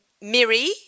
Miri